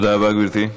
תודה רבה, גברתי.